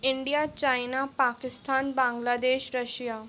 India China Pakistan Bangladesh Russia